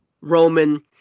Roman